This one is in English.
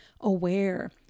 aware